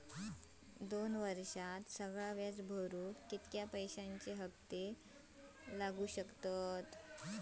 दोन वर्षात सगळा व्याज भरुक कितक्या पैश्यांचे हप्ते लागतले?